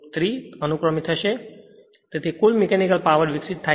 તેથી કુલ mechanical power વિકસિત થાય છે P m